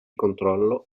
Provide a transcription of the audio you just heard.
controllo